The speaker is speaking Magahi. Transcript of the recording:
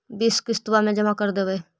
बिस किस्तवा मे जमा कर देवै?